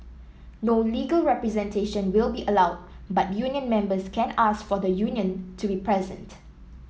no legal representation will be allowed but union members can ask for the union to be present